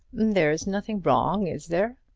there's nothing wrong is there?